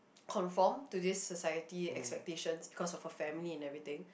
conform to this society expectation because of her family and everything